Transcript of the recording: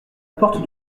porte